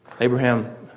Abraham